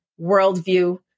worldview